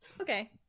Okay